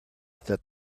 that